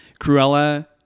Cruella